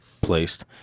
placed